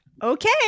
okay